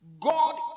God